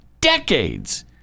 decades